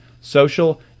social